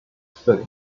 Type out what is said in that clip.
sent